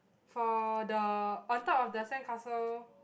for the on top of the sandcastle